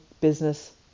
business